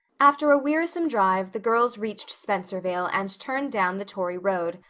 after a wearisome drive the girls reached spencervale and turned down the tory road.